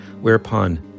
Whereupon